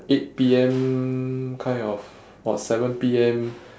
eight P_M kind of about seven P_M